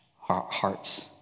hearts